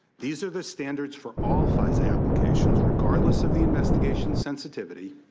these are the standards for all fisa applications regardless of the investigation's sensitivity,